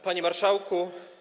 Panie Marszałku!